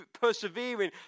persevering